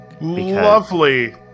Lovely